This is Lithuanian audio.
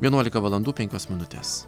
vienuolika valandų penkios minutės